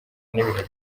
n’ibihe